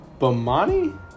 Bomani